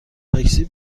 تاکسی